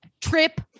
Trip